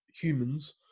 humans